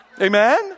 Amen